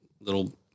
little-